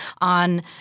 on